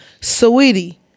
sweetie